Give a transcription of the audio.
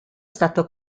stato